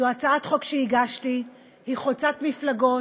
זו הצעת חוק שהגשתי, היא חוצת מפלגות.